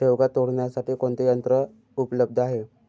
शेवगा तोडण्यासाठी कोणते यंत्र उपलब्ध आहे?